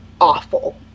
awful